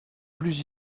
plus